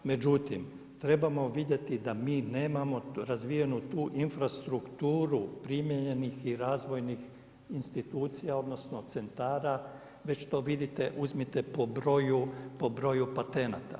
Međutim, trebamo vidjeti da mi nemamo razvijenu tu infrastrukturu primijenjenih i razvojnih institucija, odnosno centara, već to vidite uzmite po broju patenata.